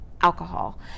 alcohol